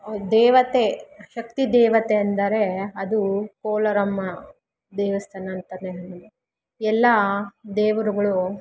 ದೇವತೆ ಶಕ್ತಿ ದೇವತೆ ಎಂದರೆ ಅದು ಕೋಲಾರಮ್ಮ ದೇವಸ್ಥಾನ ಅಂತಾನೇ ಹೇಳ್ಬೋ ಎಲ್ಲ ದೇವರುಗಳು